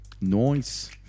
Noise